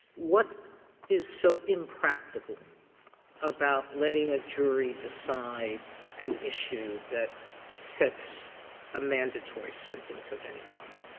what is so impractical about letting a jury decide an issue that sets a mandatory sentence of any kind?